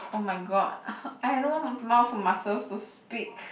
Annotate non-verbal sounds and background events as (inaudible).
oh my god (laughs) I have no more mouth muscles to speak